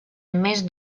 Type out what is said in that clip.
més